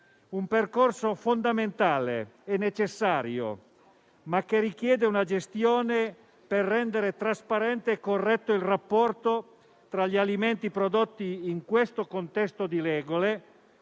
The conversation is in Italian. un percorso fondamentale e necessario, ma che richiede una gestione per rendere trasparente e corretto il rapporto tra gli alimenti prodotti in questo contesto di regole